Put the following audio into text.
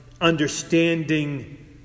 understanding